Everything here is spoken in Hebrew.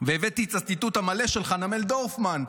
והבאתי את הציטוט המלא של חנמאל דורפמן,